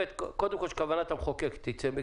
קודם כל, שכוונת המחוקק תצא כי